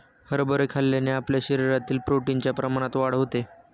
हरभरे खाल्ल्याने आपल्या शरीरातील प्रोटीन च्या प्रमाणात वाढ होते